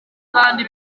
kandi